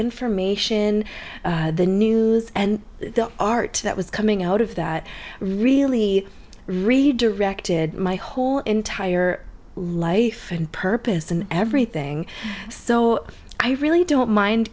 information in the news and the art that was coming out of that really really directed my whole entire life and purpose and everything so i really don't mind